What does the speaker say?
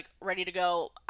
ready-to-go